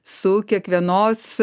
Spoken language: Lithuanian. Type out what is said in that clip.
su kiekvienos